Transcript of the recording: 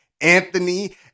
Anthony